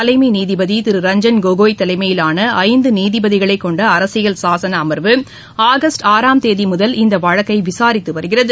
தலைமை நீதிபதி திரு ரஞ்ஜன் கோகோய் தலைமையிலான ஐந்து நீதிபதிகளை கொண்ட அரசியல் சாசான அம்வு ஆகஸ்ட் ஆறாம் தேதி முதல் இந்த வழக்கை விசாரித்து வருகிறது